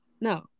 no